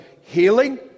healing